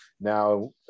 now